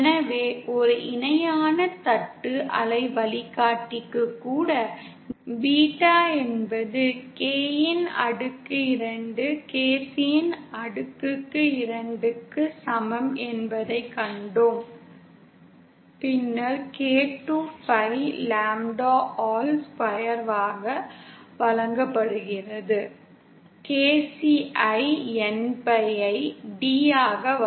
எனவே ஒரு இணையான தட்டு அலை வழிகாட்டிக்கு கூட பீட்டா என்பது Kயின் அடுக்கு இரண்டு KC யின் அடுக்கு இரண்டுக்கு சமம் என்பதைக் கண்டோம் பின்னர் K2pi பை லாம்ப்டா ஹோல் ஸ்க்வாயராக ஆக வழங்கப்படுகிறது KC ஐ npi பை dஆக வழங்கப்படுகிறது